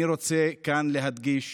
אני רוצה להדגיש